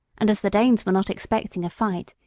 and as the danes were not expecting a fight,